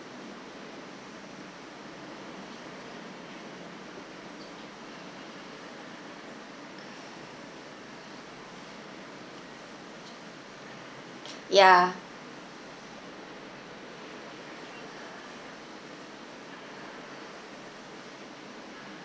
ya